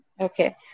Okay